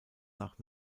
nach